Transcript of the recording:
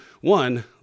one